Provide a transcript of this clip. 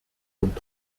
und